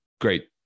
Great